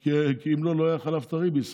כי אם לא, לא היה חלב טרי בישראל.